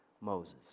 Moses